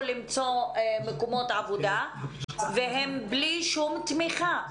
למצוא מקומות עבודה והם בלי שום תמיכה.